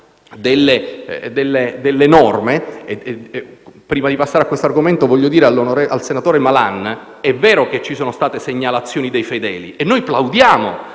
delle norme. Prima di passare a questo argomento, però, io dico al senatore Malan che è vero che ci sono state segnalazioni dei fedeli. E noi plaudiamo